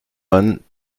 man